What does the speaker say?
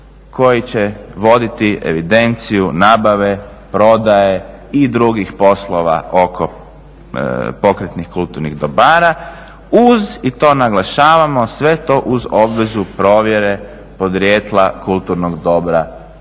koji će voditi evidenciju nabave, prodaje i drugih poslova oko pokretnih kulturnih dobara uz, i to naglašavamo, sve to uz obvezu provjere podrijetla kulturnog dobra koje